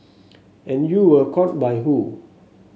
and you were caught by who